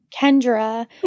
Kendra